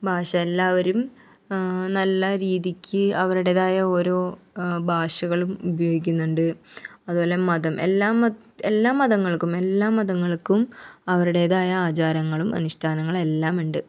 ഭാഷയെല്ലാവരും നല്ല രീതിക്ക് അവരുടേതായ ഓരോ ഭാഷകളും ഉപയോഗിക്കുന്നണ്ട് അതുപോലെ മതം എല്ലാ മതം എല്ലാ മതങ്ങൾക്കും അവരുടേതായ ആചാരങ്ങളും അനുഷ്ഠാനങ്ങളെല്ലാമുണ്ട്